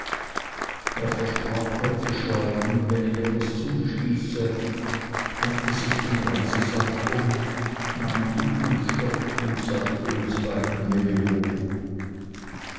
er versprach mir zu schreiben wenn ihm etwas zustieße hängte sich den reisesack um nahm hut und stock und sagte uns beiden